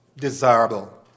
desirable